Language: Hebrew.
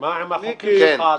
מה עם החוקים שלך?